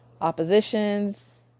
oppositions